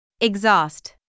Exhaust